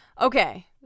okay